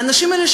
האנשים האלה,